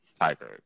Tiger